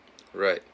right